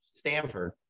Stanford